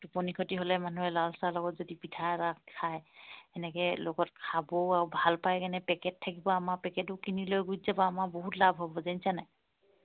টোপনি খতি হ'লে মানুহে লাল চাল লগত যদি পিঠা এটা খায় সেনেকৈ লগত খাবও আৰু ভাল পায় কেনে পেকেট থাকিব আমাৰ পেকেটো কিনি লৈ গুচি যাব আমাৰ বহুত লাভ হ'ব জানিছা নাই